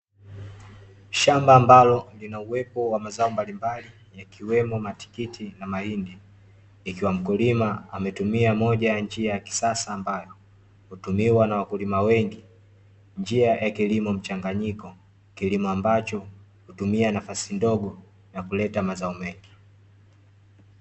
Shamba ambalo lina uwepo wa mazao mbalimbali, yakiwemo matikiti na mahindi. Ikiwa mkulima ametumia moja ya njia ya kisasa, ambayo hutumiwa na wakulima wengi, njia ya kilimo mchanganyiko. Kilimo ambacho hutumia nafasi ndogo na kuleta mazao mengi.